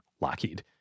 Lockheed